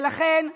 ולכן,